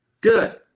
Good